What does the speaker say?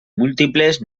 múltiples